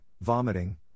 vomiting